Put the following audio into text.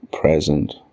present